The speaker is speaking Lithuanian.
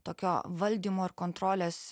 tokio valdymo ir kontrolės